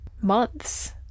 months